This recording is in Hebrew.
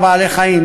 צער בעלי-חיים,